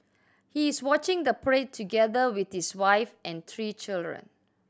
he is watching the parade together with his wife and three children